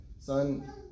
son